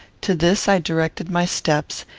to this i directed my steps,